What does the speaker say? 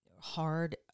hard